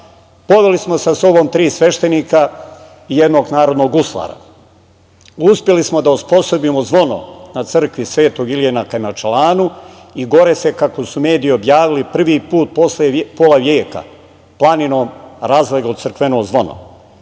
Poveli smo sa sobom tri sveštenika i jednog narodnog guslara. Uspeli smo da osposobimo zvono na crkvi Svetog Ilije na Kajmakčalanu i gore se, kako su mediji objavili, prvi put posle pola veka planinom razleglo crkveno zvono.